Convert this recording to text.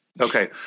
Okay